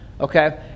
okay